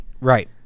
Right